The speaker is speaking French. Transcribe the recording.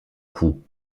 coup